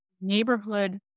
neighborhood